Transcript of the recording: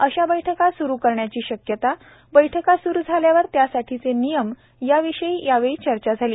अशा बैठका स्रु करण्याची शक्यता बैठका स्रु झाल्यातर त्यासाठीचे नियम याविषयी या वेळी चर्चा झाली